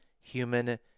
human